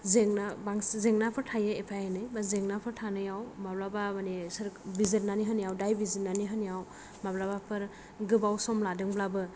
जेंना बांसिन जेंनाफोर थायो एफा एनै बा जेंनाफोर थानायाव माब्लाबा मानि सोर बिजिरनानै होनायाव दाय बिजिरनानै होनायाव माब्लाबाफोर गोबाव सम लादोंब्लाबो